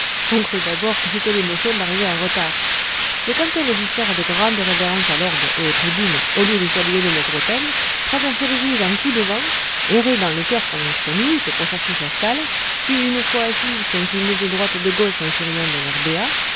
on crut d'abord que c'était l'émotion d'arriver en retard mais quand on le vit faire de grandes révérences à l'orgue et aux tribunes au lieu de saluer le maître-autel traverser l'église en coup de vent errer dans le chœur pendant cinq minutes pour chercher sa stalle puis une fois assis s'incliner de droite et de gauche en souriant d'un